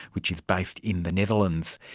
which is based in the netherlands.